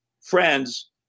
friends